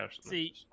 See